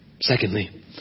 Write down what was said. Secondly